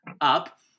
up